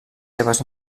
seves